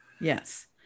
Yes